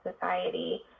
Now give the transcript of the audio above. society